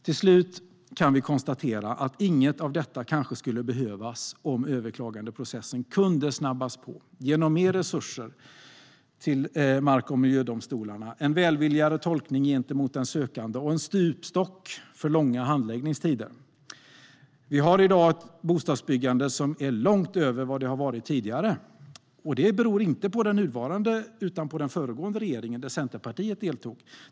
Till slut kan vi konstatera att inget av detta kanske skulle behövas om överklagandeprocessen kunde snabbas på genom mer resurser till mark och miljödomstolarna, en välvilligare tolkning gentemot den sökande och en stupstock för långa handläggningstider. Vi har i dag ett bostadsbyggande som är långt över vad det har varit tidigare. Det beror inte på den nuvarande regeringen utan på den föregående, där Centerpartiet deltog.